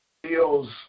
Feels